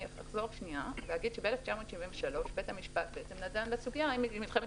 בשנת 1973 בית המשפט דן בסוגיה האם מלחמת